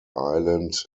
island